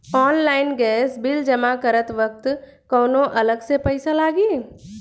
Online gas bill जमा करत वक्त कौने अलग से पईसा लागी?